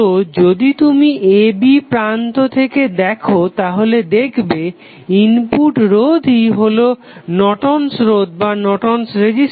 তো যদি তুমি a b প্রান্ত থেকে দেখো তাহলে দেখবে ইনপুট রোধই হলো নর্টন'স রোধ Nortons resistance